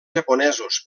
japonesos